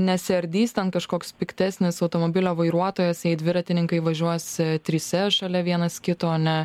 nesiardys ten kažkoks piktesnis automobilio vairuotojas jei dviratininkai važiuos trise šalia vienas kito ne